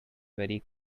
very